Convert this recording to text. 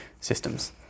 systems